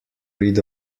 rid